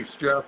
Jeff